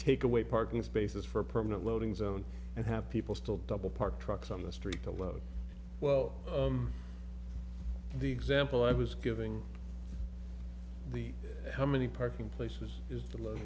take away parking spaces for a permanent loading zone and have people still double parked trucks on the street to load well the example i was giving the how many parking places is the l